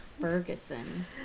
Ferguson